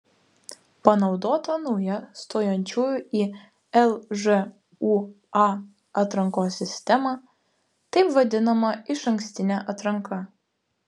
panaudota nauja stojančiųjų į lžūa atrankos sistema taip vadinama išankstinė atranka